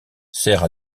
sert